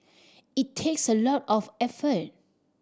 it takes a lot of effort